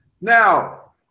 now